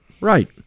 Right